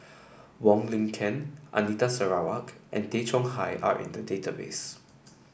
Wong Lin Ken Anita Sarawak and Tay Chong Hai are in the database